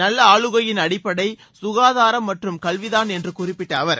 நல்ல ஆளுகையின் அடிப்படை சுகாதாரம் மற்றும் கல்விதான் என்று குறிப்பிட்ட அவர்